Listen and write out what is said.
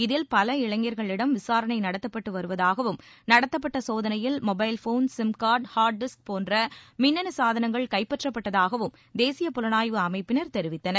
இதில் பல இளைஞர்களிடம் விசாரணை நடத்தப்பட்டு வருவதாகவும் நடத்தப்பட்ட சோதனையில் mobile phone sim card hard disk போன்ற மின்னணு சாதனங்கள் கைப்பற்றப்பட்டதாகவும் தேசிய புலனாய்வு அமைப்பினர் தெரிவித்தனர்